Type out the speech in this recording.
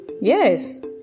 yes